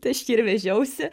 tai aš jį ir vežiausi